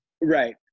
Right